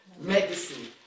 Medicine